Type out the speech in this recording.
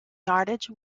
yardage